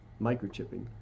microchipping